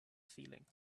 feelings